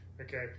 Okay